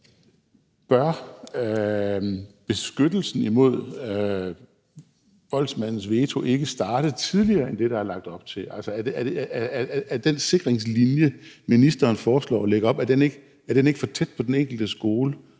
Bør beskyttelsen imod voldsmandens veto ikke starte tidligere end det, der er lagt op til? Er den sikringslinje, ministeren foreslår og lægger op til, ikke for tæt på den enkelte skole,